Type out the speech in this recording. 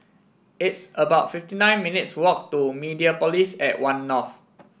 it's about fifty nine minutes' walk to Mediapolis at One North